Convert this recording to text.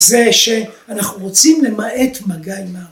זה שאנחנו רוצים למעט מגע עם ה...